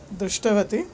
दृष्टवती